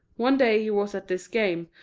one day he was at this game,